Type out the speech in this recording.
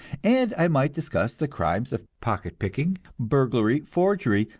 and i might discuss the crimes of pocket-picking, burglary, forgery,